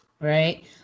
Right